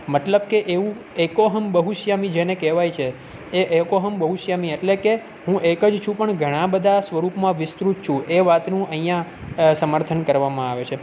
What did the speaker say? મતલબ કે એવું એકોહમ બહુ શ્યામિ જેને કહેવાય છે એ એકોહમ બહુ શ્યામિ એટલે કે હું એક જ છું પણ ઘણા બધા સ્વરૂપમાં વિસ્તૃત છું એ વાતનું અહીંયાં સમર્થન કરવામાં આવે છે